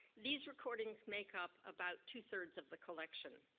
these recordings make up about two three of the collection.